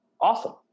awesome